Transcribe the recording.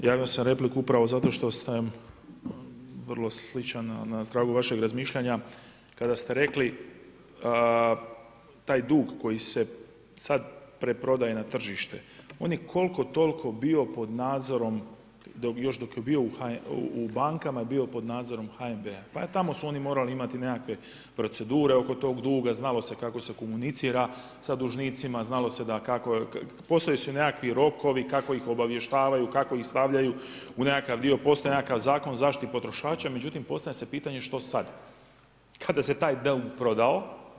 Javio sam se na repliku upravo zato što sam vrlo sličan na tragu vašeg razmišljanja kada ste rekli taj dug koji se sada preprodaje na tržište, on je koliko toliko bio pod nadzorom još dok je bio u bankama je bi pod nadzorom HNB-a. pa i tamo su oni morali imati procedure oko tog duga, znalo se kako se komunicira sa dužnicima, postojali su nekakvi rokovi kako ih obavještavaju, kako ih stavljaju u nekakav dio, postoji nekakav Zakon o zaštiti potrošača, međutim postavlja se pitanje što sad kada se taj dug prodao?